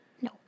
No